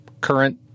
current